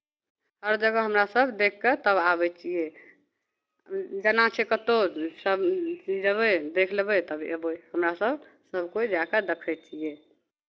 हर जगह हमरा सभ देखि कऽ तब आबै छियै जेना छै कतहु सभ जयबै देखि लेबै तब अयबै हमरासभ सभ कोइ जा कऽ देखै छियै